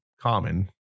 common